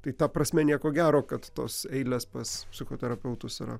tai ta prasme nieko gero kad tos eilės pas psichoterapeutus yra